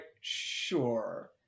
sure